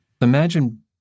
Imagine